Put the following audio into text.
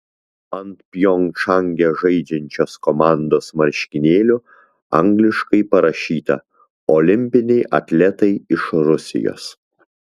ant pjongčange žaidžiančios komandos marškinėlių angliškai parašyta olimpiniai atletai iš rusijos